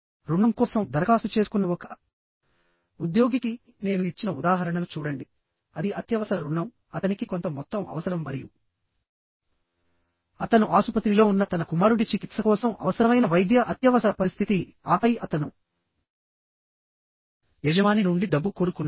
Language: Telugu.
రుణం కోసం దరఖాస్తు చేసుకున్న ఒక ఉద్యోగికి నేను ఇచ్చిన ఉదాహరణను చూడండి అది అత్యవసర రుణం అతనికి కొంత మొత్తం అవసరం మరియు అతను ఆసుపత్రిలో ఉన్న తన కుమారుడి చికిత్స కోసం అవసరమైన వైద్య అత్యవసర పరిస్థితి ఆపై అతను యజమాని నుండి డబ్బు కోరుకున్నాడు